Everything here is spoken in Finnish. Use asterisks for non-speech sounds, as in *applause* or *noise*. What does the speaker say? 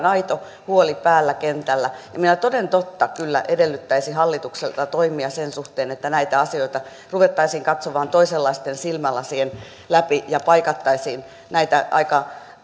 *unintelligible* aito huoli päällä kentällä ja minä toden totta kyllä edellyttäisin hallitukselta toimia sen suhteen että näitä asioita ruvettaisiin katsomaan toisenlaisten silmälasien läpi ja paikattaisiin näitä aika